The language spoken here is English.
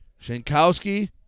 Shankowski